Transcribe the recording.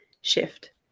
shift